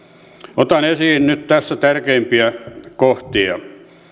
otan esiin nyt tässä tärkeimpiä kohtia